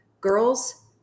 Girls